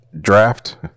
draft